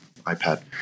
iPad